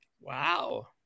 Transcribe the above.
Wow